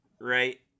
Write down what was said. right